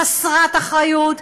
חסרת אחריות,